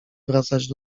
wracać